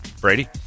Brady